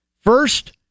first